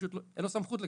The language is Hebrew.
פשוט אין לו סמכות לכך.